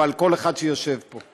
ועל כל אחד שיושב פה.